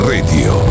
Radio